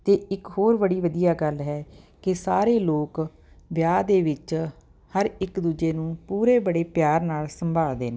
ਅਤੇ ਇੱਕ ਹੋਰ ਬੜੀ ਵਧੀਆ ਗੱਲ ਹੈ ਕਿ ਸਾਰੇ ਲੋਕ ਵਿਆਹ ਦੇ ਵਿੱਚ ਹਰ ਇੱਕ ਦੂਜੇ ਨੂੰ ਪੂਰੇ ਬੜੇ ਪਿਆਰ ਨਾਲ ਸੰਭਾਲਦੇ